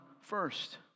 first